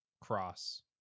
Cross